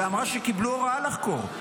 ואמרה שקיבלו הוראה לחקור.